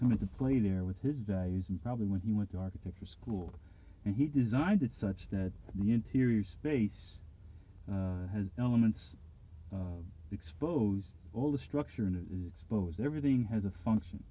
going to play there with his values and probably when he went to architecture school and he designed it such that the interior space elements expose all the structure and expose everything has a function